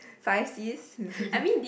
five Cs